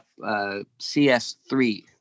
cs3